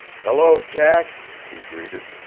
hello, jack! he greeted.